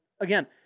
again